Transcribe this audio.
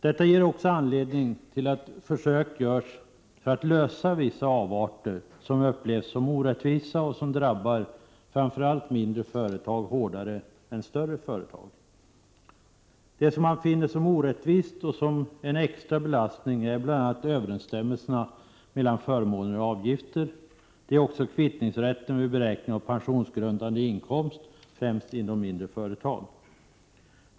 Detta är också en anledning till att försök görs för att komma till rätta med vissa avarter som upplevs som orättvisa och som drabbar framför allt mindre företag hårdare än större företag. Det man finner vara orättvist och utgöra en extra belastning är bl.a. de bristande överensstämmelserna mellan förmåner och avgifter. Det gäller också kvittningsrätten vid beräkning av pensionsgrundad inkomst, främst inom mindre företag.